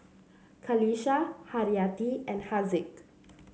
Qalisha Haryati and Haziq